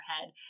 head